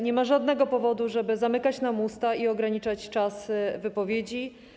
Nie ma żadnego powodu, żeby zamykać nam usta i ograniczać czas wypowiedzi.